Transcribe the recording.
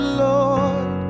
lord